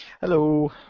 Hello